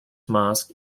mosque